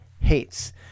hates